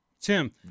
Tim